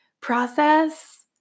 process